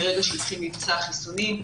מרגע שהתחיל מבצע החיסונים,